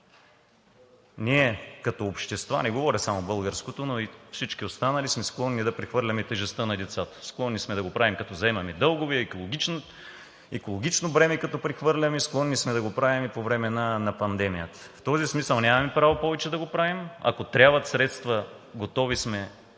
Ние като общества – не говоря само българското, но и всички останали, сме склонни да прехвърляме тежестта на децата. Склонни сме да го правим, като заемаме дългове, като прехвърляме екологично бреме, склонни сме да го правим и по време на пандемията. В този смисъл нямаме право да го правим повече. Ако трябват средства, готови сме.